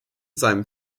seinem